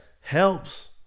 helps